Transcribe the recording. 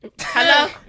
Hello